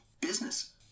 business